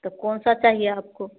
तो कौन सा चाहिए आपको